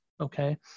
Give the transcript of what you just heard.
okay